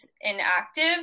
inactive